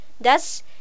Thus